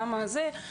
כמה זה,